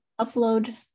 upload